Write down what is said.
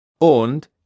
Und